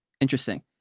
Interesting